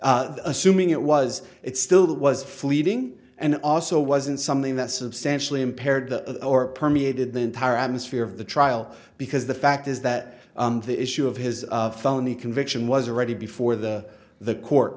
assuming it was it still that was fleeting and it also wasn't something that substantially impaired the or permeated the entire atmosphere of the trial because the fact is that the issue of his of felony conviction was already before the the court